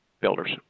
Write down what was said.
builders